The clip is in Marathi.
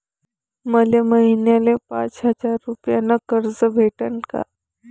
मले महिन्याले पाच हजार रुपयानं कर्ज भेटन का?